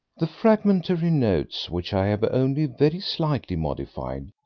the fragmentary notes, which i have only very slightly modified,